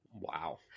Wow